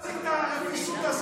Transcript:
עד מתי אנחנו נמשיך את הרפיסות הזאת?